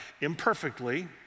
imperfectly